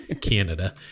Canada